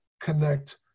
connect